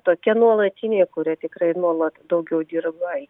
tokie nuolatiniai kurie tikrai nuolat daugiau dirba